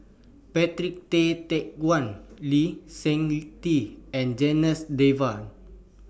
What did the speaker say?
Patrick Tay Teck Guan Lee Seng Tee and Janas Devan